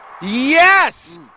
Yes